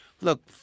look